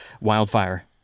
wildfire